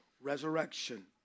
resurrection